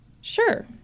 Sure